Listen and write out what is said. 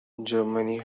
germany